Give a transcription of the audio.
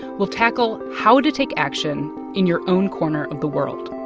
will tackle how to take action in your own corner of the world